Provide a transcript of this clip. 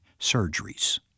surgeries